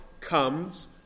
comes